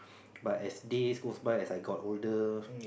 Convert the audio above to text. but as days goes by as I got older